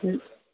تہٕ